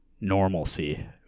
normalcy